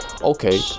Okay